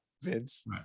Vince